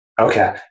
Okay